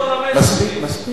מספיק, בסדר.